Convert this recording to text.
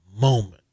moment